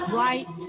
right